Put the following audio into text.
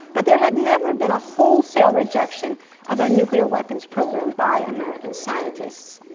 but there had never been a wholesale rejection of a nuclear weapons program by american scientists.